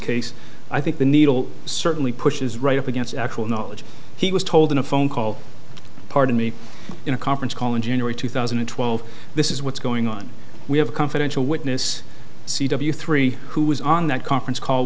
case i think the needle certainly pushes right up against actual knowledge he was told in a phone call pardon me in a conference call in january two thousand and twelve this is what's going on we have a confidential witness c w three who was on that conference call